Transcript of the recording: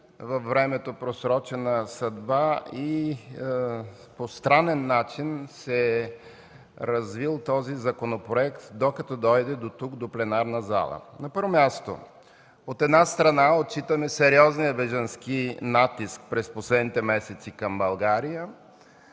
във времето съдба, и по странен начин се е развил този законопроект, докато дойде дотук, до пленарната зала. На първо място, от една страна, отчитаме сериозния бежански натиск през последните месеци към България,